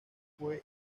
fue